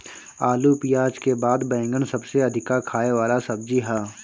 आलू पियाज के बाद बैगन सबसे अधिका खाए वाला सब्जी हअ